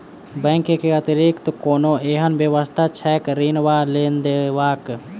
Bank केँ अतिरिक्त कोनो एहन व्यवस्था छैक ऋण वा लोनदेवाक?